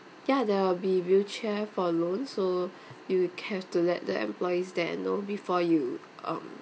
ya there will be wheelchair for loans so you will have to let the employees there know before you um